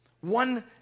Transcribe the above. one